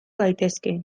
daitezke